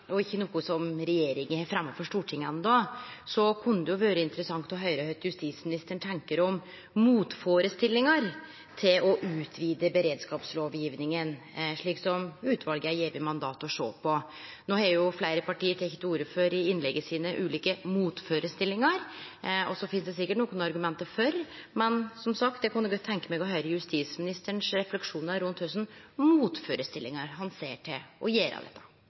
og ikkje noko som regjeringa har fremja for Stortinget enno, kunne det vore interessant å høyre kva justisministeren tenkjer om motførestillingar mot å utvide beredskapslovgjevinga, som utvalet er gjeve mandat til å sjå på. No har fleire parti i innlegga sine teke til orde for ulike motførestillingar, og det finst sikkert nokre argument for, men eg kunne som sagt godt tenkje meg å høyre refleksjonane til justisministeren rundt kva for motførestillingar han ser mot dette.